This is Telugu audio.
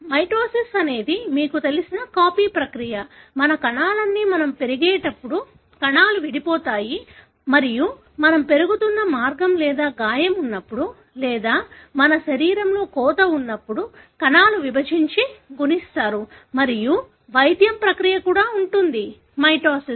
మైటోసిస్ అనేది మీకు తెలిసిన కాపీ ప్రక్రియ మన కణాలన్నీ మనం పెరిగేటప్పుడు కణాలు విడిపోతాయి మరియు మనం పెరుగుతున్న మార్గం లేదా గాయం ఉన్నప్పుడు లేదా మీ శరీరంలో కోత ఉన్నప్పుడు కణాలు విభజించి గుణిస్తారు మరియు వైద్యం ప్రక్రియ కూడా ఉంటుంది మైటోసిస్